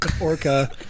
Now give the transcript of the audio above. orca